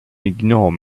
ignore